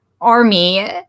army